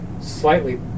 slightly